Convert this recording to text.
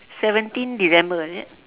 seventeenth december is it